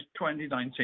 2019